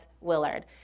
Willard